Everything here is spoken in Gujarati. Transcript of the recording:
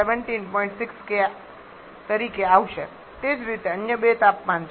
6 K તરીકે આવશે તે જ રીતે અન્ય બે તાપમાન છે